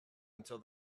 until